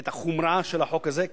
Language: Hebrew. את החומרה של החוק הזה,